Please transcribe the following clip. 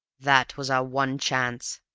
that was our one chance,